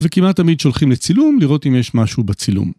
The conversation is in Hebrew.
וכמעט תמיד שולחים לצילום לראות אם יש משהו בצילום